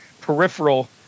peripheral